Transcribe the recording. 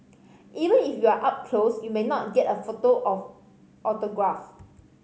even if you are up close you may not get a photo of autograph